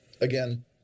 again